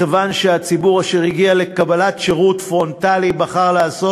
מכיוון שהציבור אשר הגיע לקבלת שירות פרונטלי בחר לעשות